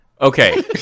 Okay